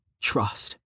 Trust